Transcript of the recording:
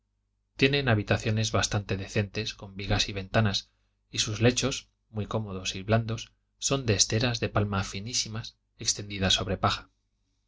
tienen habitaciones bastante decentes con vigas y ventanas y sus lechos muy cómodos y blandos son de esteras de palma finísimas extendidas sobre paja